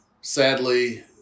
sadly